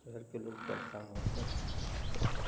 घर के लोग परेशान होते हैं और